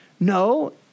No